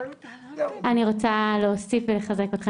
אני רוצה להוסיף ולחזק אותך.